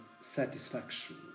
satisfaction